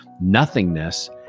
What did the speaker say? nothingness